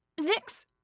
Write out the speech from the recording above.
Vix